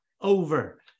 over